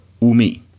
umi